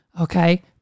Okay